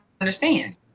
understand